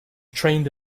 trained